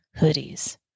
hoodies